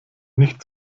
nicht